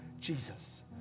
jesus